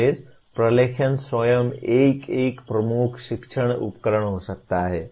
प्रलेखन स्वयं एक एक प्रमुख शिक्षण उपकरण हो सकता है